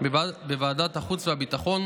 בוועדת החוץ והביטחון,